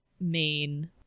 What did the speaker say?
Main